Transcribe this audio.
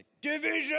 Division